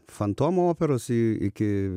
fantomo operos i iki